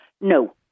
No